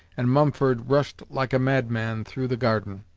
and mumford rushed like a madman through the garden.